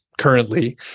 Currently